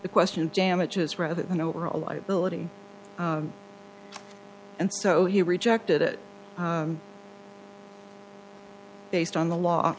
the question of damages rather than over a liability and so he rejected it based on the law